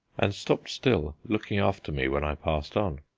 and stopped still, looking after me, when i passed on.